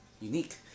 unique